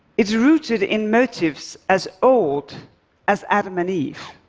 it's rooted in motives as old as adam and eve